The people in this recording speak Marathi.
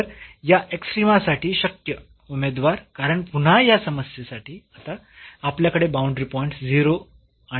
तर या एक्स्ट्रीमा साठी शक्य उमेदवार कारण पुन्हा या समस्येसाठी आता आपल्याकडे बाऊंडरी पॉईंट्स 0 आणि 9 आहेत